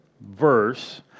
verse